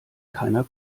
keiner